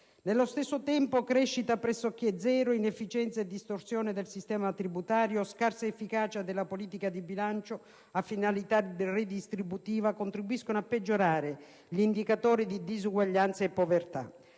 Nello stesso tempo, crescita pressoché zero, inefficienza e distorsioni del sistema tributario, scarsa efficacia della politica di bilancio a finalità redistributiva contribuiscono a peggiorare gli indicatori di disuguaglianza e povertà.